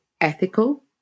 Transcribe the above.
ethical